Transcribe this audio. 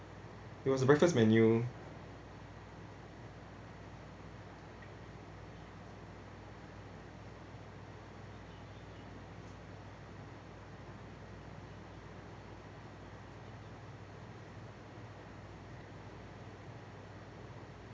it was the breakfast menu